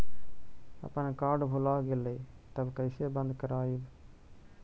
अपन कार्ड भुला गेलय तब कैसे बन्द कराइब?